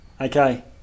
okay